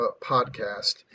podcast